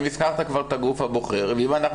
אם הזכרת כבר את הגוף הבוחר ואם אנחנו